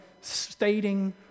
stating